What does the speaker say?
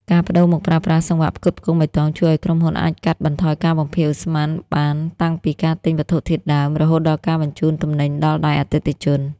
ការប្ដូរមកប្រើប្រាស់ "សង្វាក់ផ្គត់ផ្គង់បៃតង" ជួយឱ្យក្រុមហ៊ុនអាចកាត់បន្ថយការបំភាយឧស្ម័នបានតាំងពីការទិញវត្ថុធាតុដើម រហូតដល់ការបញ្ជូនទំនិញដល់ដៃអតិថិជន។